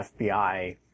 FBI